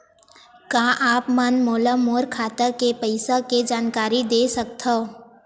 का आप मन ह मोला मोर खाता के पईसा के जानकारी दे सकथव?